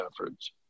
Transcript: efforts